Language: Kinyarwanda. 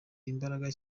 imbaraga